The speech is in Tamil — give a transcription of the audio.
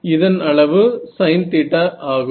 இதன் அளவு sin θ ஆகும்